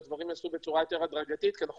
שהדברים ייעשו בצורה יותר הדרגתית כי אנחנו